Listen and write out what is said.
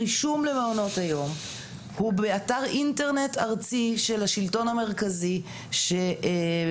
הרישום למעונות היום הוא באתר אינטרנט ארצי של השלטון המרכזי שהיום,